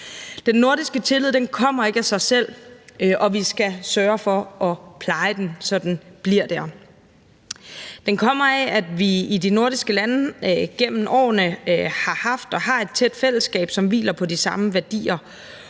Den nordiske tillid kommer ikke af sig selv, og vi skal sørge for at pleje den, så den bliver der. Den kommer af, at vi i de nordiske lande gennem årene har haft og har et tæt fællesskab, som hviler på de samme værdier,